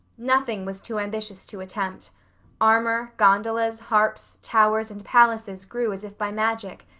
nothing was too ambitious to attempt armor, gondolas, harps, towers, and palaces grew as if by magic,